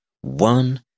one